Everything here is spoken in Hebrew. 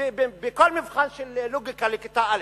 בכל מבחן של לוגיקה לכיתה א'